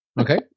Okay